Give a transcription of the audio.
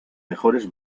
mejores